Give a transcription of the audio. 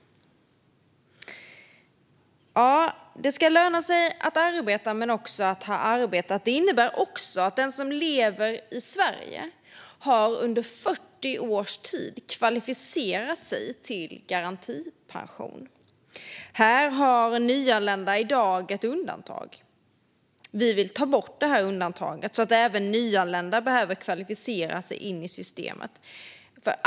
Det ska löna sig att arbeta men också att ha arbetat. Det innebär också att den som lever i Sverige under 40 års tid har kvalificerat sig för garantipension. Här har nyanlända i dag ett undantag. Vi vill ta bort det undantaget så att även nyanlända behöver kvalificera sig in i systemet.